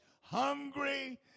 hungry